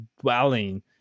dwelling